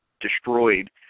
destroyed